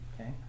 Okay